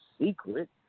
secret